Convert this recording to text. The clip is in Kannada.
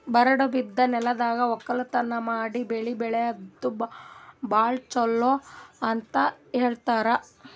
ಬರಡ್ ಬಿದ್ದ ನೆಲ್ದಾಗ ವಕ್ಕಲತನ್ ಮಾಡಿ ಬೆಳಿ ಬೆಳ್ಯಾದು ಭಾಳ್ ಚೊಲೋ ಅಂತ ಹೇಳ್ತಾರ್